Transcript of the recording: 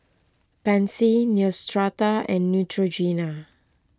Pansy Neostrata and Neutrogena